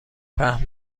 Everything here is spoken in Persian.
پهن